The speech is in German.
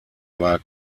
war